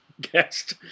guest